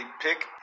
pick